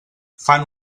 fan